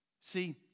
See